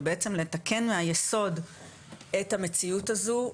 ובעצם לתקן מהיסוד את המציאות הזו,